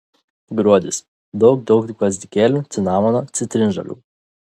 gruodis daug daug gvazdikėlių cinamono citrinžolių